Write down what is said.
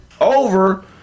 over